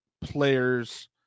players